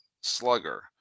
slugger